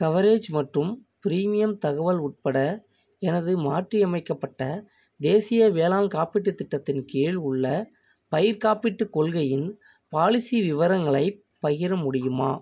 coverage மற்றும் premium தகவல் உட்பட எனது மாற்றியமைக்கப்பட்ட தேசிய வேளாண் காப்பீட்டுத் திட்டத்தின் கீழ் உள்ள பயிர்க் காப்பீட்டுக் கொள்கையின் பாலிசி விவரங்களைப் பகிர முடியுமா